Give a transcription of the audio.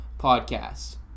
Podcast